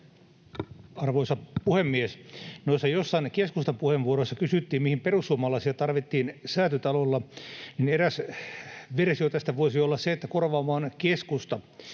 Arvoisa puhemies! Kun joissain keskustan puheenvuoroissa kysyttiin, mihin perussuomalaisia tarvittiin Säätytalolla, niin eräs versio tästä voisi olla se, että korvaamaan keskusta.